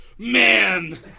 man